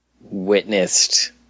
witnessed